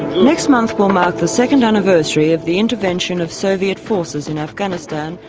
next month will mark the second anniversary of the intervention of soviet forces in afghanistan